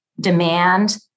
demand